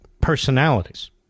personalities